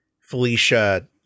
Felicia